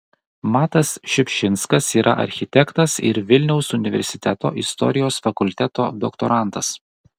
matas šiupšinskas yra architektas ir vilniaus universiteto istorijos fakulteto doktorantas